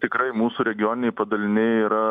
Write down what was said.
tikrai mūsų regioniniai padaliniai yra